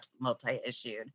multi-issued